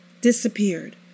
disappeared